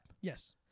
Yes